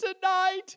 tonight